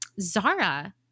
Zara